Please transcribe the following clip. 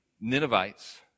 Ninevites